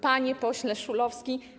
Panie Pośle Szulowski!